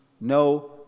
no